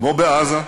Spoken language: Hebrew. כמו בעזה,